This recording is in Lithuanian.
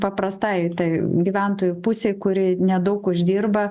paprastai tai gyventojų pusei kuri nedaug uždirba